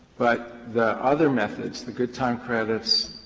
but the other methods, the good time credits,